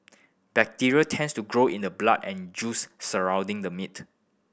bacteria tends to grow in the blood and juice surrounding the meat